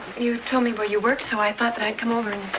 you told me where you worked, so i thought that i'd come over and.